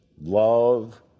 love